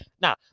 Nah